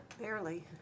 Barely